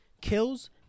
Kills